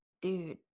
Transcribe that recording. dude